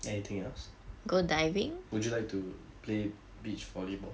anything else would you like to play beach volleyball